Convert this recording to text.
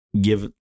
give